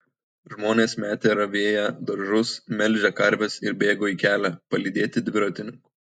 žmonės metė ravėję daržus melžę karves ir bėgo į kelią palydėti dviratininkų